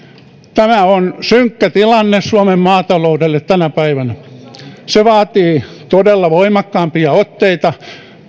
tämä on synkkä tilanne suomen maataloudelle tänä päivänä se vaatii todella voimakkaampia otteita